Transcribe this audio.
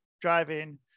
driving